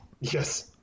Yes